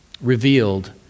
revealed